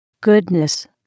goodness